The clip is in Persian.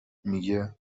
میگه